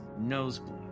nosebleed